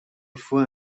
fois